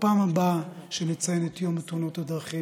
בפעם הבאה שבה נציין את יום המאבק בתאונות הדרכים